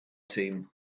team